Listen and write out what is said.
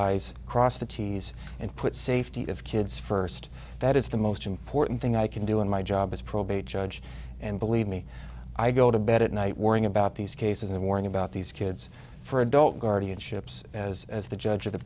i's cross the t s and put safety of kids first that is the most important thing i can do in my job as probate judge and believe me i go to bed at night worrying about these cases and warning about these kids for adult guardianships as as the judge of the